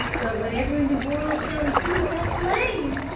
but whatever in the world shall we do about flame?